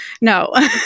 No